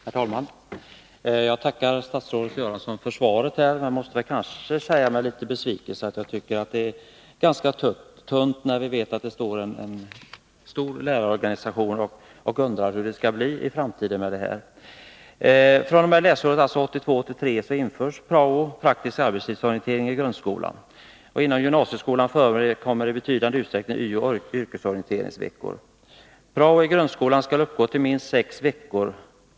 Herr talman! Jag tackar statsrådet Göransson för svaret på min fråga. Jag känner en viss besvikelse över det — det är ganska tunt med tanke på att en stor lärarorganisation just nu undrar hur det skall bli i framtiden på den här punkten. Läsåret 1982/83 kommer prao, praktisk arbetslivsorientering, att införas i grundskolan. Inom gymnasieskolan förekommer i betydande utsträckning yo, yrkesorienteringsveckor. Prao-tiden i grundskolan skall uppgå till minst sex veckor.